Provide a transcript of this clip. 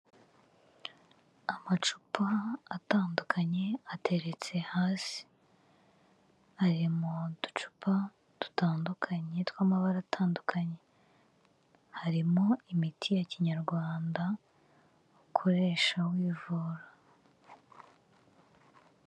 Amacupa atandukanye ateretse hasi. Ari mu ducupa dutandukanye tw'amabara atandukanye. Harimo imiti ya Kinyarwanda ukoresha wivura.